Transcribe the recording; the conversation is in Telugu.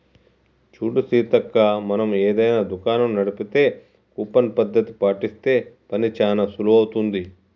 చూడు సీతక్క మనం ఏదైనా దుకాణం నడిపితే కూపన్ పద్ధతి పాటిస్తే పని చానా సులువవుతుంది